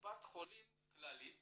קופת חולים כללית